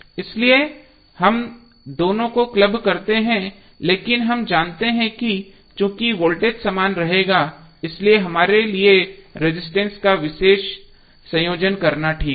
इसलिए हम दोनों को क्लब करते हैं लेकिन हम जानते हैं कि चूंकि वोल्टेज समान रहेगा इसलिए हमारे लिए रजिस्टेंस का विशेष संयोजन करना ठीक है